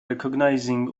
recognizing